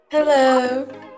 Hello